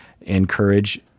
encourage